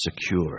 secure